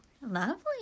Lovely